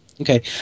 Okay